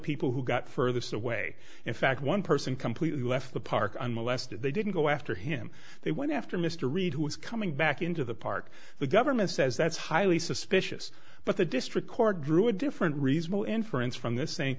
people who got further so away in fact one person completely left the park on molested they didn't go after him they went after mr reed who is coming back into the park the government says that's highly says fishes but the district court drew a different reasonable inference from this